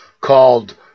called